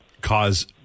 cause